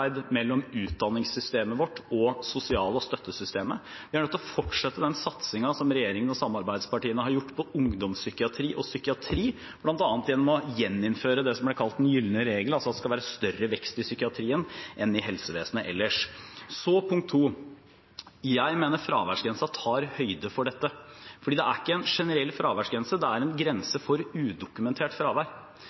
mellom utdanningssystemet vårt og det sosiale støttesystemet. Vi er nødt til å fortsette den satsingen som regjeringen og samarbeidspartiene har hatt på ungdomspsykiatri og psykiatri, bl.a. gjennom å gjeninnføre det som blir kalt «den gylne regel», altså at det skal være større vekst i psykiatrien enn i helsevesenet ellers. Så til punkt to: Jeg mener fraværsgrensen tar høyde for dette, for det er ikke en generell fraværsgrense; det er en grense for udokumentert fravær.